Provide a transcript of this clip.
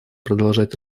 продолжать